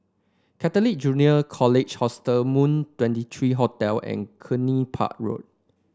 Catholic Junior College Hostel Moon Twenty three Hotel and Cluny Park Road